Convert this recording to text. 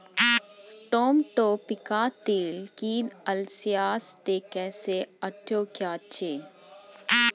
Tomato पिकातील कीड असल्यास ते कसे ओळखायचे?